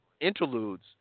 interludes